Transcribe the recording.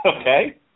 Okay